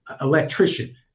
electrician